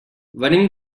venim